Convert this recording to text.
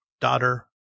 Daughter